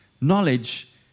knowledge